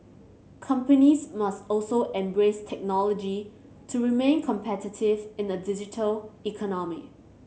companies must also embrace technology to remain competitive in a digital economy